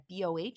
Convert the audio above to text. BOH